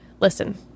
listen